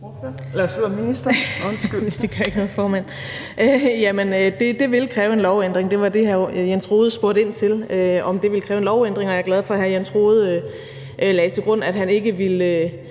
Det vil kræve en lovændring. Det var det, hr. Jens Rohde spurgte ind til, altså om det ville kræve en lovændring, og jeg er glad for, at hr. Jens Rohde lagde til grund, at han dog ikke ville